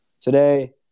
Today